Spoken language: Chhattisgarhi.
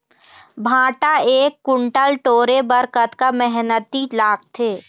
भांटा एक कुन्टल टोरे बर कतका मेहनती लागथे?